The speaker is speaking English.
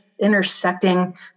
intersecting